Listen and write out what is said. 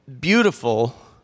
beautiful